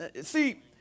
See